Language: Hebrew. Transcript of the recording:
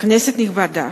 כנסת נכבדה,